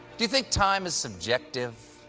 do you think time is subjective?